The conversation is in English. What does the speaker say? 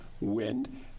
wind